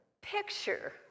picture